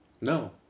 No